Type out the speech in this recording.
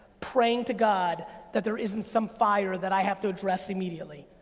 praying to god that there isn't some fire that i have to address immediately.